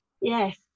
yes